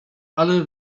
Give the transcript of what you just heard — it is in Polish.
ale